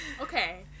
okay